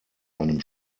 einem